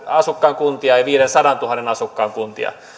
asukkaan kuntia ja viiteensataantuhanteen asukkaan kuntia